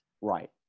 Right